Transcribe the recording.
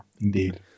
indeed